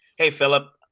hey philip.